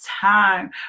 time